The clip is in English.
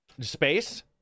Space